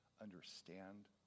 understand